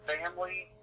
family